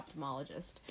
ophthalmologist